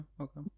okay